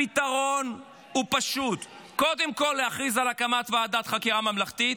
הפתרון הוא פשוט: קודם כול להכריז על הקמת ועדת חקירה ממלכתית